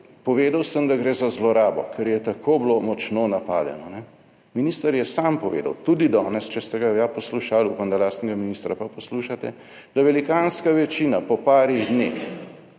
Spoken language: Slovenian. povedal sem, da gre za zlorabo, ker je tako bilo močno napadeno. Minister je sam povedal, tudi danes, če ste ga ja poslušali, upam, da lastnega ministra pa poslušate, da velikanska večina po parih dneh